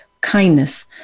kindness